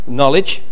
knowledge